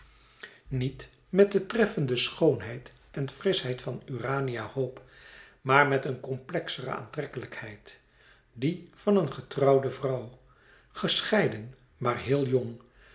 niet met de treffende schoonheid en frischheid van urania hope maar met een complexere aantrekkelijkheid die van een getrouwde vrouw gescheiden maar heel jong